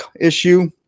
issue